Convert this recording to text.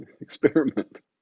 Experiment